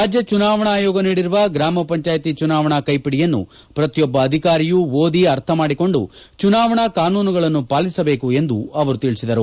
ರಾಜ್ಯ ಚುನಾವಣಾ ಆಯೋಗ ನೀಡಿರುವ ಗ್ರಾಮ ಪಂಚಾಯಿತಿ ಚುನಾವಣಾ ಕೈಪಿಡಿಯನ್ನು ಪ್ರತಿಯೊಬ್ಬ ಅಧಿಕಾರಿಯೂ ಓದಿ ಅರ್ಥ ಮಾಡಿಕೊಂಡು ಚುನಾವಣಾ ಕಾನೂನುಗಳನ್ನು ಪಾಲಿಸಬೇಕು ಎಂದು ಅವರು ತಿಳಿಸಿದರು